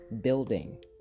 building